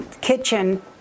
kitchen